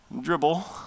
dribble